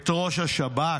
את ראש השב"כ,